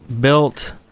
built